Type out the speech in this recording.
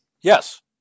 Yes